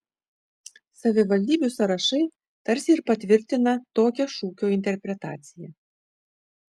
savivaldybių sąrašai tarsi ir patvirtina tokią šūkio interpretaciją